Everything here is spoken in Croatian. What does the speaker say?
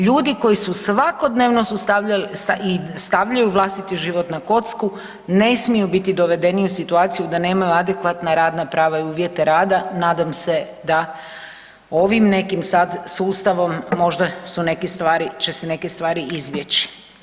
Ljudi koji su svakodnevno su stavljali i stavljaju vlastiti život na kocku ne smiju biti dovedeni u situaciju da nema adekvatna radna prava i uvjete rada, nadam se da ovim nekim sad sustavom možda su, će se neke stvari izbjeći.